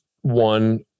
one